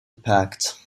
pact